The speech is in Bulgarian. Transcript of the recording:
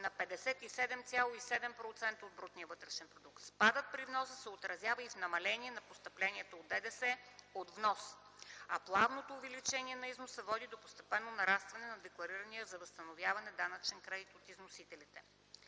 на 57,7% от БВП. Спадът при вноса се отразява и в намаление на постъпленията от ДДС от внос, а плавното увеличение на износа води до постепенно нарастване на декларирания за възстановяване данъчен кредит от износителите.